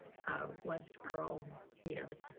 how west pearl meetups